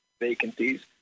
vacancies